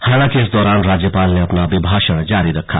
हालांकि इस दौरान राज्यपाल ने अपना अभिभाषण जारी रखा